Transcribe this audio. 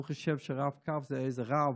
הוא חושב שרב-קו זה איזה רב.